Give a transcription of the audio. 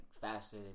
faster